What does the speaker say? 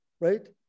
right